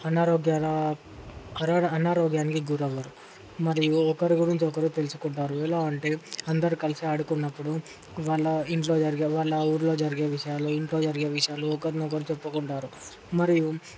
అనారోగ్యా ఆనా అనారోగ్యానికి గురవ్వరు మరియు ఒకరి గురించి ఒకరు తెలుసుకుంటారు ఎలా అంటే అందరూ కలిసి ఆడుకున్నప్పుడు వాళ్ళ ఇంట్లో జరిగే వాళ్ళ ఊర్లో జరిగే విషయాలు ఇంట్లో జరిగే విషయాలు ఒకరికొకరు చెప్పుకుంటారు మరియు